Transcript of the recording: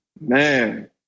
man